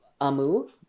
Amu